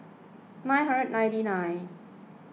nine hundred ninety nine